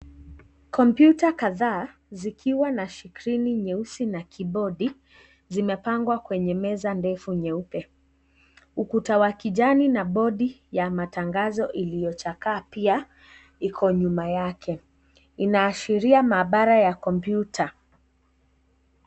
Kompyuta kadhaa zikiwa na skrini nyeusi na kibodi zimepangwa kwenye meza ndefu nyeupe. Ukuta wa kijani na bodi ya matangazo iliyochakaa pia iko nyuma yake , inaashiria maabara ya kompyuta .